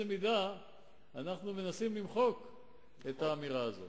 מידה אנחנו מנסים למחוק את האמירה הזאת.